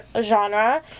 genre